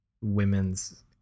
women's